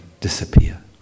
disappear